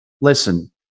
listen